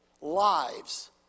lives